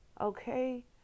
Okay